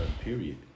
period